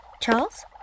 Charles